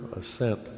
assent